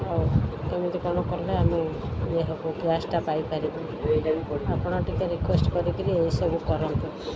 ଆଉ କେମିତି କ'ଣ କଲେ ଆମେ ଦେହକୁ ଗ୍ୟାସ୍ଟା ପାଇପାରିବୁ ଆପଣ ଟିକେ ରିିକ୍ୟୁଏଷ୍ଟ କରିକିରି ଏଇସବୁ କରନ୍ତୁ